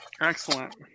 excellent